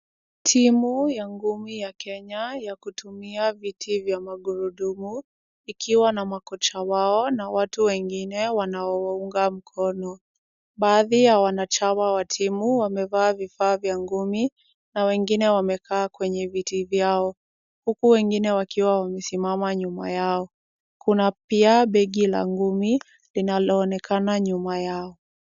Timu ya ngumi ya Kenya ya kutumia viti vya magurudumu ikiwa na makocha wao na watu wengine wanaowaunga mkono. Baadhi ya wanachama wa timu wamevaa vifaa vya ngumi na wengine wamekaa kwenye viti vyao, huku wengine wakiwa wamesimama nyuma yao. Kuna pia begi la ngumi linaloonekana nyuma yao.